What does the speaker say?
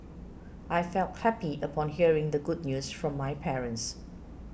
I felt happy upon hearing the good news from my parents